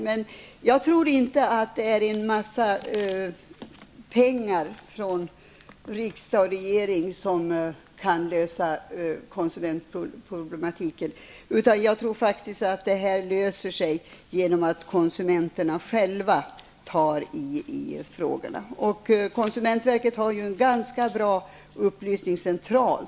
Men jag tror inte att det är en mängd pengar från riksdag och regering som löser konsumentproblemen. Jag tror faktiskt att de löser sig genom att konsumenterna själva tar itu med dem. Konsumentverket har en ganska bra upplysningscentral.